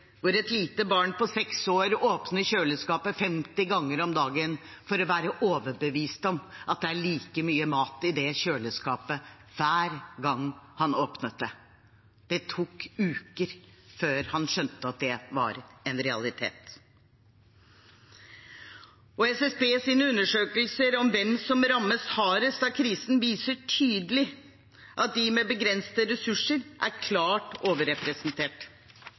et lite barn på seks år åpnet kjøleskapet 50 ganger om dagen for å være overbevist om at det var like mye mat i det kjøleskapet hver gang han åpnet det. Det tok uker før han skjønte at det var en realitet. SSBs undersøkelser om hvem som rammes hardest av krisen, viser tydelig at de med begrensede ressurser er klart overrepresentert.